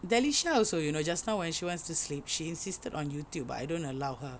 Dalisha also you know just now when she wants to sleep she insisted on YouTube but I don't allow her